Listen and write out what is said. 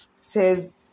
says